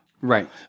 Right